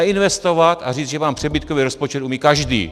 Neinvestovat a říct, že mám přebytkový rozpočet, umí každý.